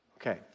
Okay